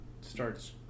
starts